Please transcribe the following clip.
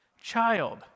child